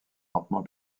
lentement